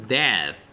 death